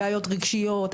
בעיות רגשיות,